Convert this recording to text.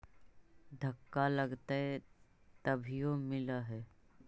धक्का लगतय तभीयो मिल है?